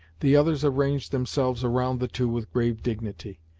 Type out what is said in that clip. the others arranged themselves around the two with grave dignity,